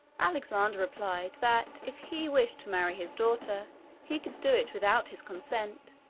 alexander replied, that if he wished to marry his daughter he could do it without his consent